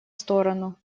сторону